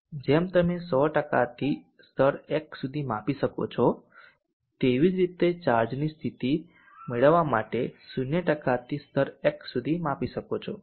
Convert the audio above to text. જેમ તમે 100 થી સ્તર x સુધી માપી શકો છો તેવી જ રીતે તમે ચાર્જની સ્થિતિ મેળવવા માટે 0 થી સ્તર x સુધી માપી શકો છો